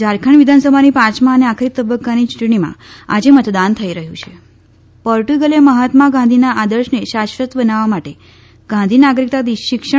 ઝારખંડ વિધાનસભાની પાંચમા અને આખરી તબક્કાની ચૂંટણીમાં આજે મતદાન થઈ રહ્યું છી પોર્ટુગલે મહાત્મા ગાંધીના આદર્શને શાશ્વત બનાવવા માટે ગાંધી નાગરિકતા શિક્ષણ